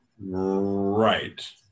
Right